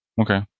Okay